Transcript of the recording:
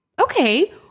okay